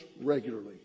regularly